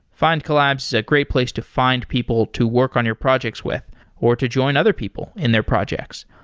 findcollabs is a great place to find people to work on your projects with or to join other people in their projects.